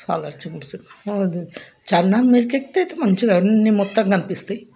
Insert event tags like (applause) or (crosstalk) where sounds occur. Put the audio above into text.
(unintelligible) చార్మినార్ మీదకెక్కితే మంచిగా అన్ని మొత్తం కనిపిస్తాయి